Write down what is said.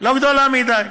לא גדולה מדי,